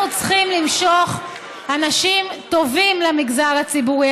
שאנחנו צריכים למשוך אנשים טובים למגזר הציבורי.